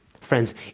Friends